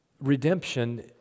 redemption